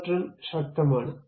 power trim ശക്തമാണ്